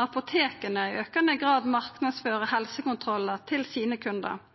apoteka i aukande grad marknadsfører helsekontrollar til kundane sine.